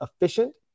efficient